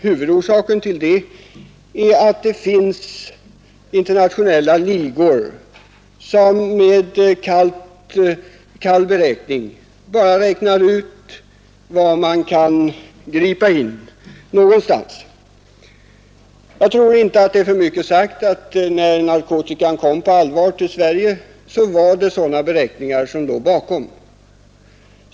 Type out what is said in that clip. Huvudorsaken härtill är de internationella ligor, som kallt räknar ut var narkotikaförsäljning är mest lönande. Det är inte för mycket sagt att påstå att sådana beräkningar låg bakom, när narkotika på allvar började föras in i Sverige.